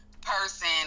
person